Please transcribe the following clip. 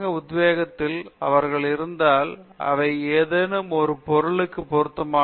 அவசியமான உத்வேகத்தில் அவர்கள் இருந்தால் அவை ஏதேனும் ஒரு பொருளுக்கு பொருத்தமாக இருக்கலாம்